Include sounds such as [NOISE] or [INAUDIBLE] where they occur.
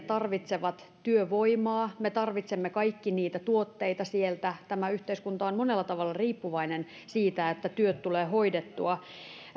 [UNINTELLIGIBLE] tarvitsevat työvoimaa me tarvitsemme kaikki niitä tuotteita sieltä tämä yhteiskunta on monella tavalla riippuvainen siitä että työt tulee hoidettua